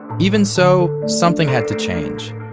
even so, something had to change.